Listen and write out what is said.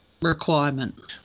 requirement